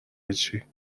هیچی